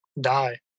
die